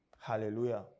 hallelujah